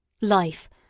Life